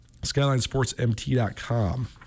Skylinesportsmt.com